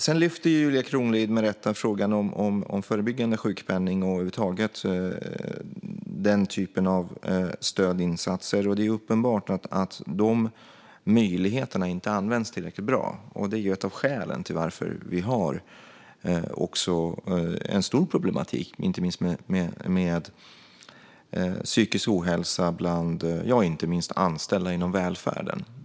Sedan lyfter Julia Kronlid med rätta fram frågan om förebyggande sjukpenning och över huvud taget den typen av stödinsatser. Det är uppenbart att dessa möjligheter inte används tillräckligt. Det är ett av skälen till att vi har en stor problematik inte minst med psykisk ohälsa och inte minst bland anställda inom välfärden.